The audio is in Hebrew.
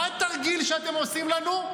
מה התרגיל שאתם עושים לנו?